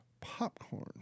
popcorn